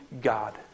God